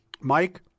Mike